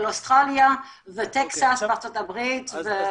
לאוסטרליה וטקסס בארצות הברית --- אוקיי,